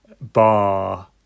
bar